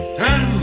ten